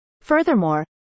Furthermore